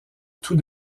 tout